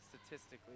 statistically